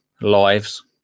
lives